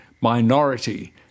minority